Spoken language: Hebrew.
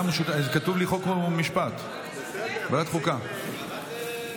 התשפ"ג 2023,